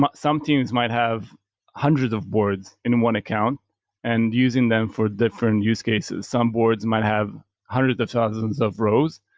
but some teams might have hundreds of boards in one account and using them for different use cases. some boards might have hundreds of thousands of rows.